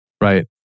right